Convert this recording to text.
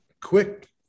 quick